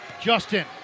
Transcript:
Justin